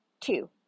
Two